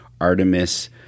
Artemis